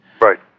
Right